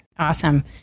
Awesome